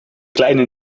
kleine